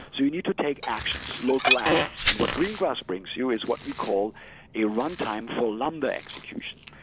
you need to take actions, local actions, and what greengrass brings you is what we call a runtime for lambda execution.